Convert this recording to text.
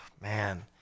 man